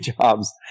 Jobs